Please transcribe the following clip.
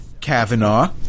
Kavanaugh